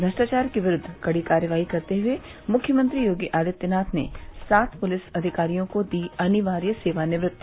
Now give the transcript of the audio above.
भ्रष्टाचार के विरूद्व कड़ी कार्रवाई करते हुए मुख्यमंत्री योगी आदित्यनाथ ने सात पुलिस अधिकारियो को दी अनिवार्य सेवानिवृत्ति